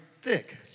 thick